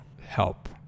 help